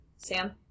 Sam